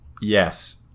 Yes